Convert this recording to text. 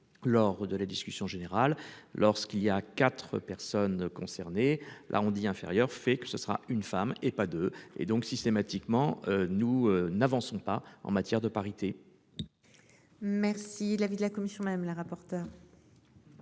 Lors de la discussion générale, lorsqu'il y a 4 personnes concernées, là on dit inférieur, fait que ce sera une femme et pas de et donc systématiquement nous n'avançons pas en matière de parité. Merci. L'avis de la commission, madame la. Lors de